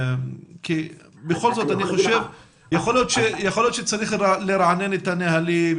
יכול להיות שצריך לרענן את הנהלים,